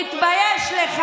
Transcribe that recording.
את קוראת לזה